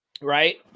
right